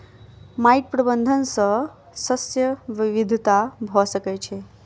माइट प्रबंधन सॅ शस्य विविधता भ सकै छै